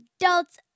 adults